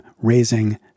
raising